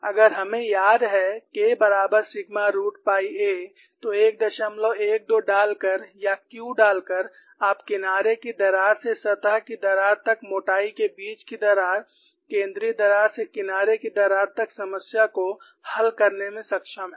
अगर हमे याद है K बराबर सिग्मा रूट पाई a है तो 112 डालकर या Q डालकर आप किनारे की दरार से सतह की दरार तक मोटाई के बीच की दरार केंद्रीय दरार से किनारे की दरार तक समस्या को हल करने में सक्षम हैं